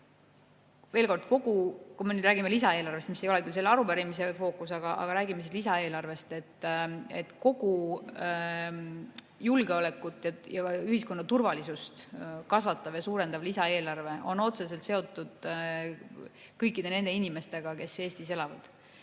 kord: kui me räägime lisaeelarvest – see ei ole küll selle arupärimise fookus, aga räägime siis lisaeelarvest –, [siis võib öelda, et] kogu julgeolekut ja ühiskonna turvalisust kasvatav ja suurendav lisaeelarve on otseselt seotud kõikide nende inimestega, kes Eestis elavad.